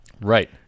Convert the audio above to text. Right